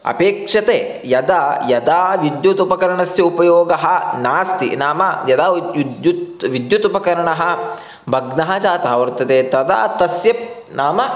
अपेक्ष्यते यदा यदा विद्युदुपकरणस्य उपयोगः नास्ति नाम यदा विद्युत् विद्युदुपकरणः भग्नः जातः वर्तते तदा तस्य नाम